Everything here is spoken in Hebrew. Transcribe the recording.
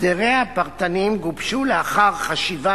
הסדריה הפרטניים גובשו לאחר חשיבה